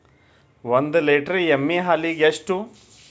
ಒಂದು ಲೇಟರ್ ಎಮ್ಮಿ ಹಾಲಿಗೆ ಎಷ್ಟು?